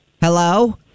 Hello